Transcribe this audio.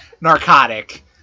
narcotic